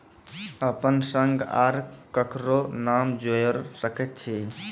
अपन संग आर ककरो नाम जोयर सकैत छी?